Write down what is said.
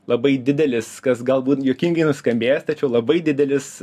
labai didelis kas galbūt juokingai nuskambės tačiau labai didelis